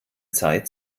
zeit